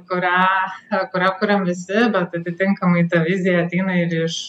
kurią kurią kuriam visi bent atitinkamai ta vizija ateina ir iš